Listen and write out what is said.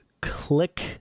click